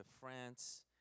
France